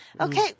Okay